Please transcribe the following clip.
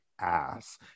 ass